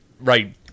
right